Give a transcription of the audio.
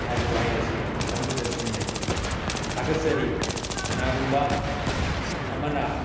ꯍꯥꯏꯕ ꯋꯥꯍꯩ ꯑꯁꯤ ꯃꯇꯝꯗꯨꯗ ꯁꯤꯖꯤꯟꯅꯩ ꯊꯥꯒꯠꯆꯔꯤ ꯀꯅꯥꯒꯨꯝꯕ ꯑꯃꯅ